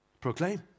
Proclaim